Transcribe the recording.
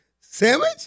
sandwich